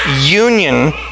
union